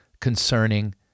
concerning